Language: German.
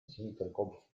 hinterkopf